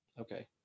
okay